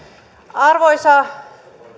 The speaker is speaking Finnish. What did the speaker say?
arvoisa